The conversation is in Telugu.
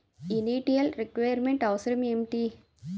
ఇనిటియల్ రిక్వైర్ మెంట్ అవసరం ఎంటి?